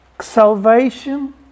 Salvation